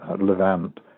Levant